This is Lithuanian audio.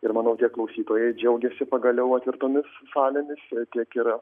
ir mano klausytojai džiaugiasi pagaliau atvertomis salėmis tiek ir